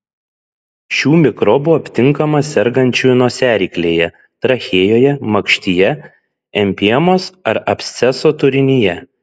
šių mikrobų aptinkama sergančiųjų nosiaryklėje trachėjoje makštyje empiemos ar absceso turinyje